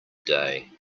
day